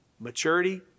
Maturity